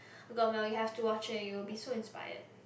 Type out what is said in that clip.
oh-god Mel you have to watch it and you will be so inspired